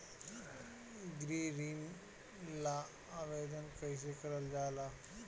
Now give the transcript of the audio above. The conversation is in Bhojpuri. गृह ऋण ला आवेदन कईसे करल जाला?